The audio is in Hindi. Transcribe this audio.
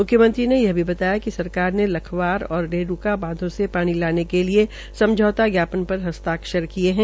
मुख्यमंत्री ने यह भी बताया कि सरकार ने लखवार और रेण्का बांधों से पानी लाने के लिए समझौता ज्ञापन पर हस्ताक्षर किये है